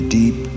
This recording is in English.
deep